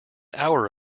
hour